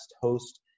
host